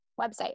website